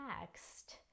Next